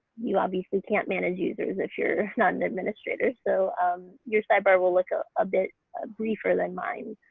you obviously can't manage users if you're not an administrator, so um your sidebar will look a ah bit briefer than mine.